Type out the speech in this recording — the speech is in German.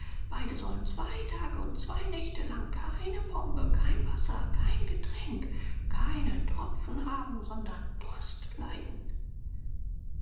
beide sollen zwei tage und zwei nächte lang keine pombe kein wasser kein getränk keinen tropfen haben sondern durst leiden